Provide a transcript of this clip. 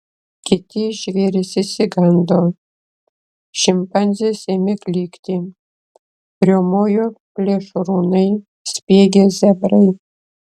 kiti žvėrys išsigando šimpanzės ėmė klykti riaumojo plėšrūnai spiegė zebrai